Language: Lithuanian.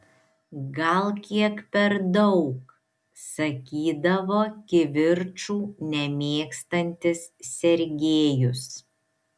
gal kiek per daug sakydavo kivirčų nemėgstantis sergejus